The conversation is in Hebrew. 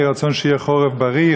יהי רצון שיהיה חורף בריא,